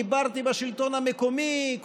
דיברתי עם השלטון המקומי,